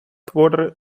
твори